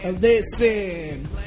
listen